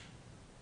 גם כל המומחים,